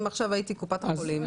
אם עכשיו הייתי קופת חולים,